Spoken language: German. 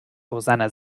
rosanna